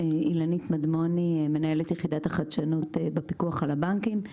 אני מנהלת יחידת החדשנות בפיקוח על הבנקים.